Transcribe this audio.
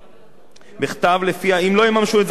שלפיה אם לא יממשו את זכאותם לקבל או לחדש את